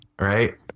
Right